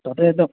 তাতে এক